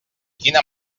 quina